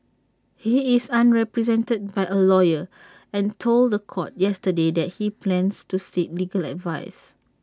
he is unrepresented by A lawyer and told The Court yesterday that he plans to seek legal advice